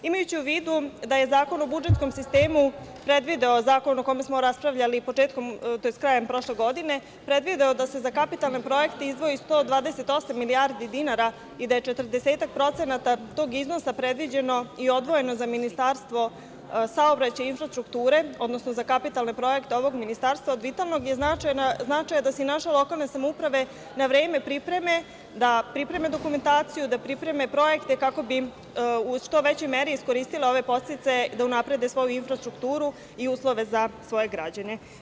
Imajući u vidu da je Zakon o budžetskom sistemu predvideo zakon o kome smo raspravljali krajem prošle godine, da se za kapitalne projekte izdvoji 128 milijardi dinara i da je 40% tog iznosa predviđeno i odvojeno za Ministarstvo saobraćaja i infrastrukture, odnosno za kapitalne projekte ovog ministarstva, od vitalnog je značaja da se i naše lokalne samouprave na vreme pripreme, da pripreme dokumentaciju, da pripreme projekte kako bi u što većoj meri iskoristile ove podsticaje da unaprede svoju infrastrukturu i uslove za svoje građane.